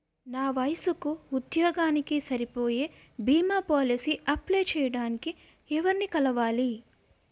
నా వయసుకి, ఉద్యోగానికి సరిపోయే భీమా పోలసీ అప్లయ్ చేయటానికి ఎవరిని కలవాలి?